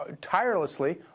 tirelessly